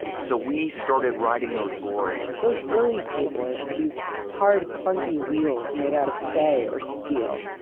so we started riding those boards. those early skateboards had these hard, clunky wheels made out of clay or steel.